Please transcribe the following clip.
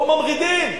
פה ממרידים.